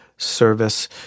Service